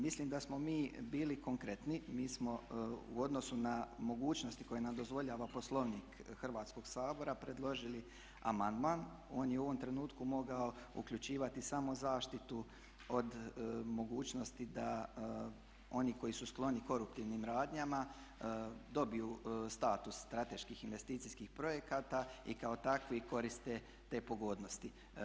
Mislim da smo mi bili konkretni, mi smo u odnosu na mogućnosti koje nam dozvoljava Poslovnik Hrvatskog sabora predložili amandman, on je u ovom trenutku mogao uključivati samo zaštitu od mogućnosti da oni koji su skloni koruptivnim radnjama dobiju status strateških investicijskih projekata i kao takvi koriste te pogodnosti.